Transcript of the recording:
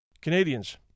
Canadians